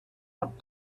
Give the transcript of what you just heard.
what